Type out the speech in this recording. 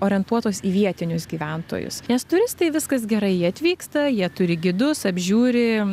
orientuotos į vietinius gyventojus nes turistai viskas gerai jie atvyksta jie turi gidus apžiūri